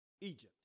Egypt